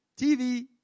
TV